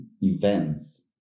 events